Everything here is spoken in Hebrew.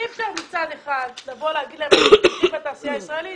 אי אפשר מצד אחד לבוא ולומר לאנשים שייצרו בתעשייה הישראלית